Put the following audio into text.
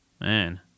Man